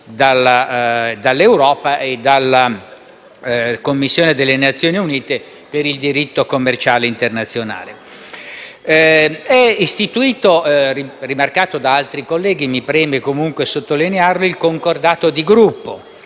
dall'Europa e dalla Commissione delle Nazioni Unite per il diritto commerciale internazionale. È istituito, come rimarcato da altri colleghi e mi preme sottolinearlo, il concordato di gruppo,